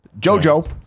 JoJo